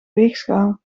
weegschaal